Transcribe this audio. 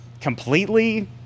completely